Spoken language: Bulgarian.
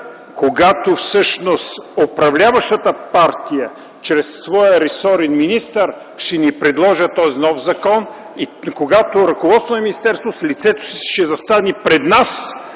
когато управляващата партия чрез своя ресорен министър ще ни предложи този нов закон и когато ръководството на министерството с лицето си ще застане пред нас